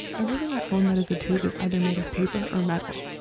everything i own that is a tube is either made of paper or metal.